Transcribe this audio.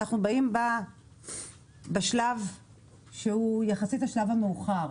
אנחנו באים בשלב שהוא יחסית השלב המאוחר.